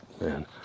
Man